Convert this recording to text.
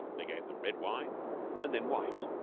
they gave them red wine and then white,